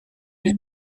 les